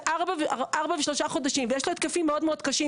ארבע ושלושה חודשים ויש לו התקפים מאוד קשים